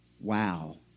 Wow